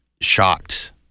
shocked